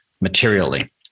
materially